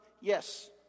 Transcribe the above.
Yes